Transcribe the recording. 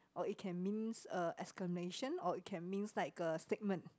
or it can means a exclamation or it can means like a statement